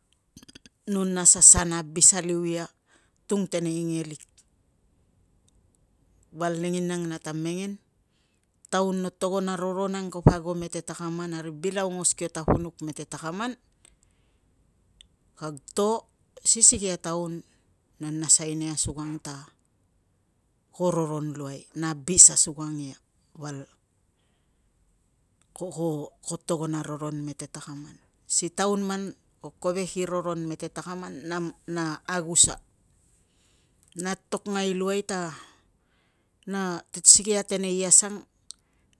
no nas a sa na abis aliu ia tung teneingelik. Val lenginang nata mengen, taun no togon a roron ang kapo ago mete takaman, na ri bil aungos kio tapunuk mete takaman kag to si sikei a taun no nasai nia asukang ta ko roron luai. Na abis asukang ia val ko togon a roron mete takaman. Si taun man ko kovek i roron mete takaman na agusa na atokngai luai ta si sikei a teneias ang